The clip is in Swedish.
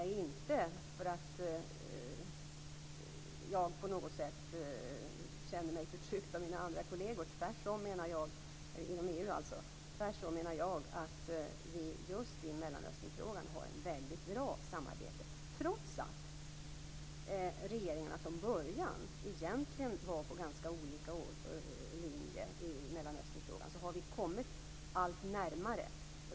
Jag känner mig inte på något sätt förtryckt av mina kolleger inom EU. Tvärtom menar jag att vi just i Mellanösternfrågan har ett väldigt bra samarbete. Trots att regeringarna från början egentligen stod på ganska olika linjer i Mellanösternfrågan har vi kommit allt närmare varandra.